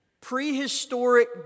prehistoric